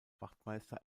wachtmeister